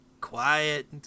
quiet